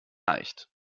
leicht